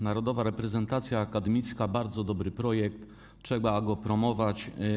Narodowa Reprezentacja Akademicka - bardzo dobry projekt, trzeba go promować.